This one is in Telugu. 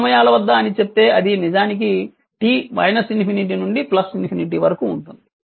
అన్ని సమయాల వద్ద అని చెప్తే అది నిజానికి t ∞ నుండి ∞ వరకు ఉంటుంది